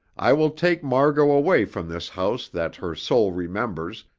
i will take margot away from this house that her soul remembers,